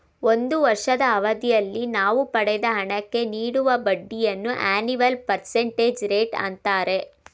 ಒಂದು ವರ್ಷದ ಅವಧಿಯಲ್ಲಿ ನಾವು ಪಡೆದ ಹಣಕ್ಕೆ ನೀಡುವ ಬಡ್ಡಿಯನ್ನು ಅನಿವಲ್ ಪರ್ಸೆಂಟೇಜ್ ರೇಟ್ ಅಂತಾರೆ